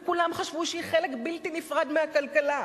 וכולם חשבו שהיא חלק בלתי נפרד מהכלכלה,